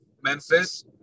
Memphis